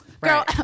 girl